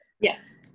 Yes